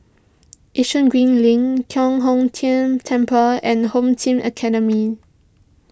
Yishun Green Link Giok Hong Tian Temple and Home Team Academy